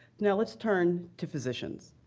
now, let's turn to physicians